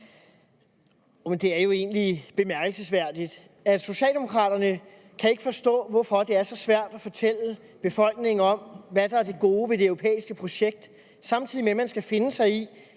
Det er jo egentlig bemærkelsesværdigt, at Socialdemokraterne ikke kan forstå, hvorfor det er så svært at fortælle befolkningen, hvad der er det gode ved det europæiske projekt, når man samtidig skal finde sig i,